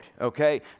okay